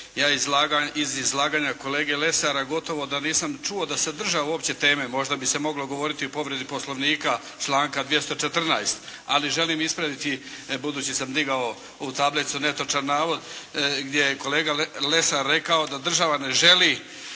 ja iz izlaganja kolege Lesara gotovo da nisam čuo da se držao uopće teme možda bi se moglo govoriti o povredi Poslovnika članka 214. ali želim ispraviti budući sam digao ovu tablicu netočan navod, gdje je kolega Lesar rekao da država ne želi